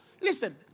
Listen